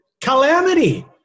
calamity